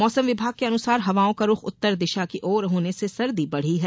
मौसम विभाग के अनुसार हवाओं का रुख उत्तर दिशा की ओर होने से सर्दी बढ़ी है